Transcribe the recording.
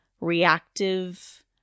reactive